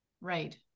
Right